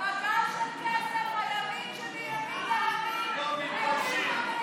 של קבוצת סיעת קבוצת יהדות התורה לסעיף 1 לא נתקבלה.